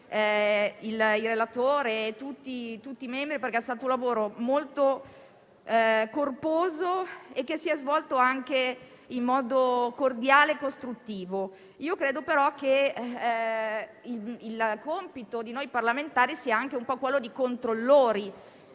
il relatore e tutti i membri della Commissione, perché si è trattato di un lavoro molto corposo, che si è svolto in modo cordiale e costruttivo. Credo però che il compito di noi parlamentari sia anche un po' quello di controllori